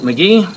McGee